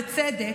בצדק,